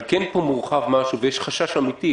אבל מורחב פה משהו ויש חשש אמיתי,